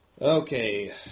Okay